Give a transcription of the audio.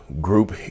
Group